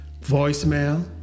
voicemail